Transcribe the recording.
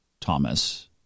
Thomas